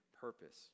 purpose